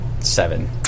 Seven